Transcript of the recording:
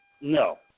No